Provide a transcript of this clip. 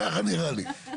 ככה נראה לי.